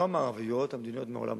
לא המערביות אלא מדינות העולם השלישי.